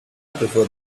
prefer